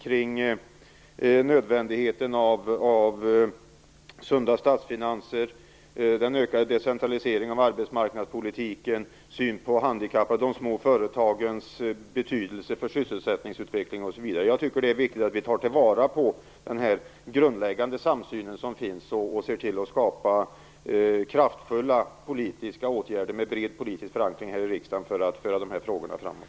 Det gällde då bl.a. nödvändigheten av sunda statsfinanser, en ökad decentralisering av arbetsmarknadspolitiken, synen på de handikappade samt de små företagens betydelse för sysselsättningsutvecklingen. Jag tycker att det är viktigt att vi tar till vara på den grundläggande samsyn som finns och ser till att skapa kraftfulla politiska åtgärder med bred politisk förankring här i riksdagen för att föra de här frågorna framåt.